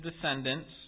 descendants